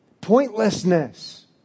Pointlessness